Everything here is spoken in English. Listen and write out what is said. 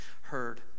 heard